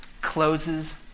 closes